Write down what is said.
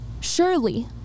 Surely